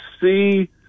see